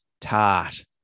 tart